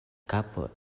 kapo